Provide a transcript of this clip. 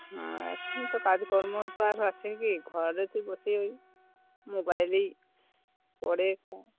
হ্যাঁ এখন তো কাজকর্ম ত আর আছে কি ঘরতে বসে ওই মোবাইলেই পড়ে খা